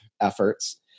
efforts